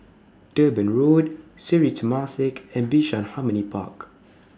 Durban Road Sri Temasek and Bishan Harmony Park